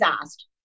asked